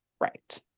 right